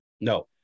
No